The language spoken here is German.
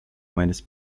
meines